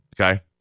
Okay